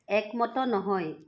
একমত নহয়